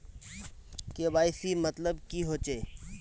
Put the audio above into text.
KYC मतलब की होचए?